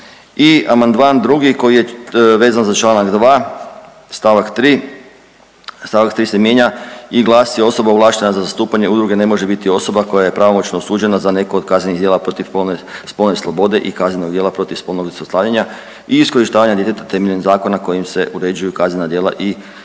I amandman drugi koji je vezan za članak 2. stavak 3. Stavak 3. se mijenja i glasi: Osoba ovlaštena za zastupanje udruge ne može biti osoba koja je pravomoćno osuđena za neko od kaznenih djela protiv spolne slobode i kaznenog djela protiv spolnog zlostavljanja i iskorištavanja djeteta temeljem zakona kojim se uređuju kaznena djela i